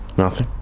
nothing.